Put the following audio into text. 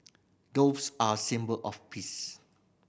doves are a symbol of peace